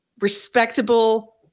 respectable